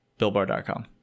billbar.com